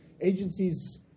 agencies